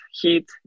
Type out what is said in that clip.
heat